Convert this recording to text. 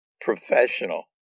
professional